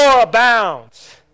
abounds